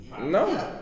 No